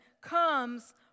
comes